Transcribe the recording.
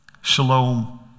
Shalom